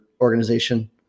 organization